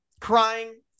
crying